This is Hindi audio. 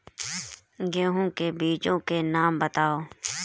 गेहूँ के बीजों के नाम बताओ?